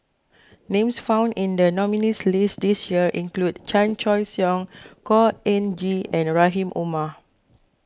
names found in the nominees' list this year include Chan Choy Siong Khor Ean Ghee and Rahim Omar